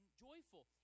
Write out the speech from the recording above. joyful